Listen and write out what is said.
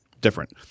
different